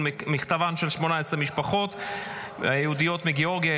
מכתבן של 18 המשפחות היהודיות מגאורגיה,